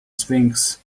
sphinx